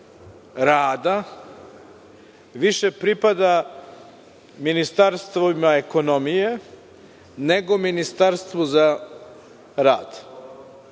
rada više pripada Ministarstvu ekonomije, nego Ministarstvu za rad.